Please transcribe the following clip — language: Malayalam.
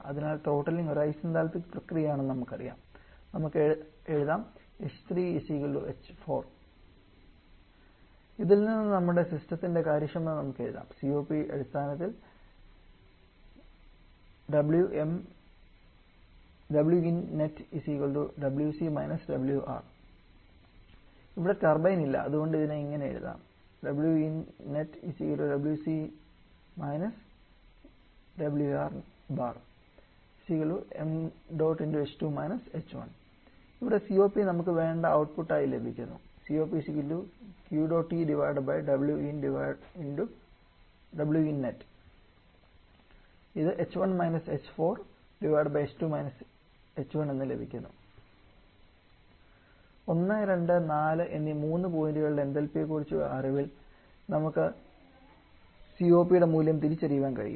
അതിനാൽ ത്രോട്ട്ലിംഗ് ഒരു ഐസന്താൽപിക് പ്രക്രിയയാണെന്ന് നമുക്കറിയാം നമുക്ക് എഴുതാം h3 h4 ഇതിൽനിന്ന് നമ്മുടെ സിസ്റ്റത്തിൻറെ കാര്യക്ഷമത നമുക്ക് എഴുതാം COP അടിസ്ഥാനത്തിൽ ഇവിടെ ടർബൈൻ ഇല്ല അതുകൊണ്ട് ഇതിനെ ഇങ്ങനെ ആക്കാം ഇവിടെ COP നമുക്ക് വേണ്ട ഔട്ട്പുട്ട് ആയി ലഭിക്കുന്നു 1 2 4 എന്നീ മൂന്ന് പോയിന്റുകളുടെ എന്തൽപിയെക്കുറിച്ചുള്ള അറിവിൽ നിന്ന് നമുക്ക് COP യുടെ മൂല്യം തിരിച്ചറിയാൻ കഴിയും